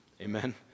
Amen